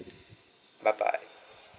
bye bye